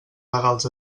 legals